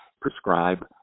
Prescribe